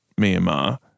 Myanmar